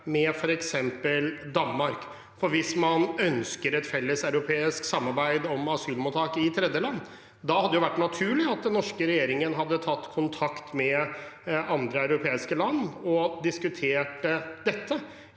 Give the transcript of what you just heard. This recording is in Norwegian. med f.eks. Danmark. Hvis man ønsker et felleseuropeisk samarbeid om asylmottak i tredjeland, hadde det vært naturlig at den norske regjeringen hadde tatt kontakt med andre europeiske land og diskutert dette,